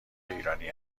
ایرانی